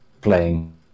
playing